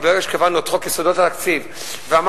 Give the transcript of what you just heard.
כי ברגע שקבענו את חוק יסודות התקציב ואמרנו,